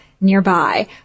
nearby